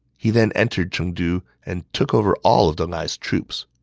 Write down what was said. he then entered chengdu and took over all of deng ai's troops.